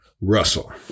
Russell